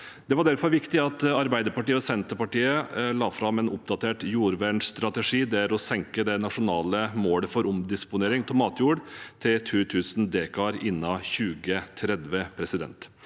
Det var derfor viktig at Arbeiderpartiet og Senterpartiet la fram en oppdatert jordvernstrategi hvor vi senker det nasjonale målet for omdisponering av matjord til 2 000 dekar innen 2030.